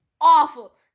awful